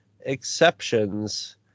exceptions